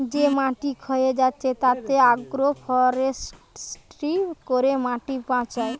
যে মাটি ক্ষয়ে যাচ্ছে তাতে আগ্রো ফরেষ্ট্রী করে মাটি বাঁচায়